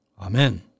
Amen